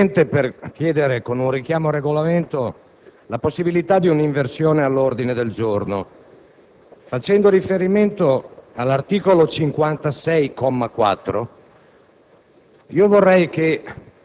Signor Presidente, chiedo, con un richiamo al Regolamento, la possibilità di modificare l'ordine del giorno. Facendo riferimento all'articolo 56,